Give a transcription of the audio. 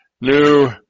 new